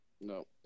No